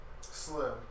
Slim